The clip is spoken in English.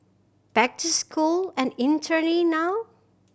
back to school and interning now